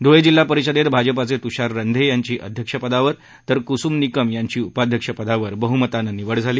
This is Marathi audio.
ध्ळे जिल्हा परिषदेत भाजपाचे तुषार रंधे यांची अध्यक्षपदी तर कुसूम निकम यांची उपाध्यक्षपदी आज बह्मतानं निवड झाली